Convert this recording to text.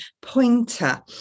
pointer